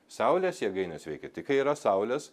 saulės jėgainės veikia tik kai yra saulės